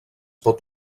pot